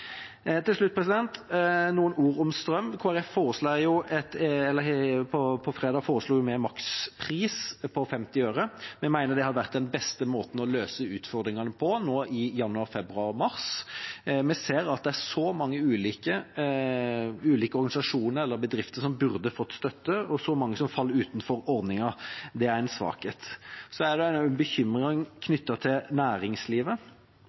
Til slutt noen ord om strøm: På fredag foreslo Kristelig Folkeparti en makspris på 50 øre. Vi mener at det hadde vært den beste måten å løse utfordringene på nå i januar–mars. Vi ser at det er så mange ulike organisasjoner og bedrifter som burde fått støtte, og så mange som faller utenfor ordningen. Det er en svakhet. Det er også en bekymring knyttet til næringslivet.